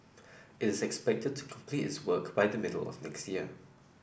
it is expected to complete its work by the middle of next year